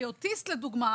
כי אוטיסט לדוגמה,